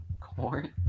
Corn